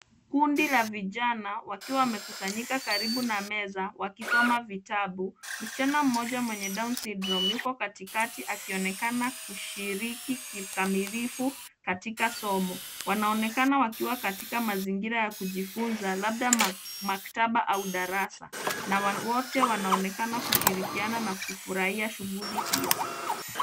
Kundi la vijana wakiwa wamekusanyika karibu na meza wakisoma vitabu. Msichana mmoja mwenye (cs) down syndrome(Cs) yuko katikati akionekana kushiriki kikamilifu katika somo. Wanaonekaka wakiwa katika mazingira ya kujifunza labda maktaba au darasa na wote wanaonekana kushirikiana na kufurahia shughuli hiyo.